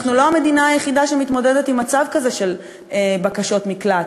אנחנו לא המדינה היחידה שמתמודדת עם מצב כזה של בקשות מקלט,